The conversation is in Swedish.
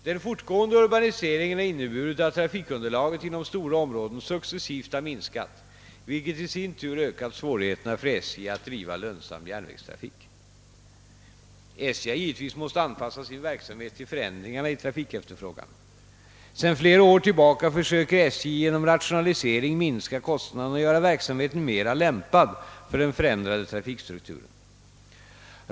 Den fortgående urbaniseringen har inneburit att trafikunderlaget inom stora områden successivt har minskat, vilket i sin tur ökat svårigheterna för SJ att driva lönsam järnvägstrafik. SJ har givetvis måst anpassa sin verksamhet till förändringarna i trafikefterfrågan. Sedan flera år tillbaka försöker SJ genom rationalisering minska kostnaderna och göra verksamheten mera lämpad för den förändrade trafikstrukturen.